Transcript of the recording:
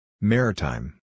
Maritime